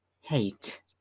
Hate